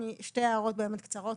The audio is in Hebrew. יש לי שתי הערות באמת קצרות,